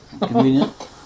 convenient